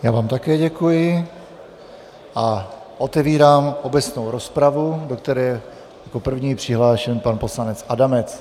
Já vám také děkuji a otevírám obecnou rozpravu, do které je jako první přihlášen pan poslanec Adamec.